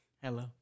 Hello